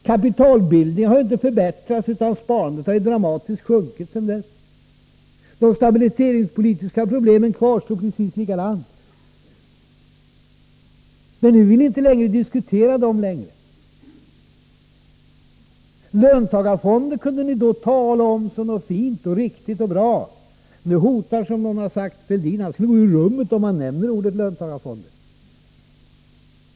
Kapitalbildningen har ju inte förbättrats, utan sparandet har dramatiskt sjunkit sedan dess. De stabiliseringspolitiska problemen kvarstår precis likadant. Nu vill ni inte längre diskutera dem. Löntagarfonder kunde ni då tala om som något fint och riktigt och bra. Nu hotar Fälldin, som någon sagt, att han skulle gå ut ur rummet, om man nämnde ordet löntagarfonder.